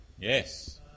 Yes